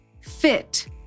fit